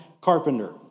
carpenter